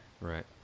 right